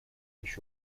еще